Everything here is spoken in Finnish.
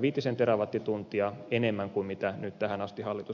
viitisen terawattituntia enemmän kuin nyt tähän asti hallitus on kaavaillut